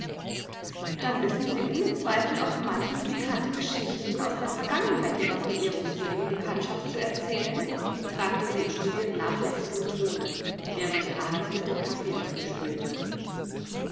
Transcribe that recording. dann wissen sie ohne zweifel auch manches pikante geschichtchen aus der vergangenheit ihrer verehrungswürdigen bekanntschaft zu erzählen fragte sie in studiert nachlässigem tone während ihre hand mit dem kaffeelöffel spielte